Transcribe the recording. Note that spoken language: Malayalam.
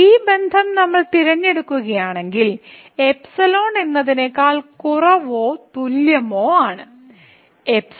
ഈ ബന്ധം നമ്മൾ തിരഞ്ഞെടുക്കുകയാണെങ്കിൽ എന്നതിനേക്കാൾ കുറവോ തുല്യമോ ആണ്